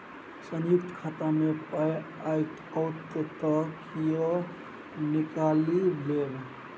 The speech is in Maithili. संयुक्त खाता मे पाय आओत त कियो निकालि लेब